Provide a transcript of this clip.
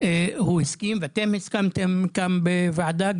הוא הסכים ואתם הסכמתם בוועדה,